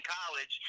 college